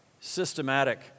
systematic